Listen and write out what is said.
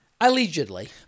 Allegedly